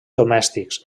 domèstics